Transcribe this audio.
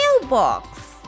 mailbox